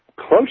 Close